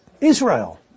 Israel